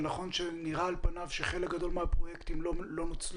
זה נכון שעל פניו נראה שחלק גדול מהפרויקטים לא נוצלו?